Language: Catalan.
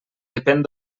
depèn